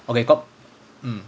okay cause mm